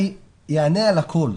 אני אענה על הכול.